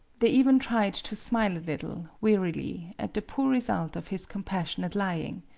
they even tried to smile a little, wearily, at the poor result of his compassionate lying.